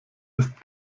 ist